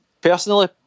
Personally